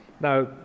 Now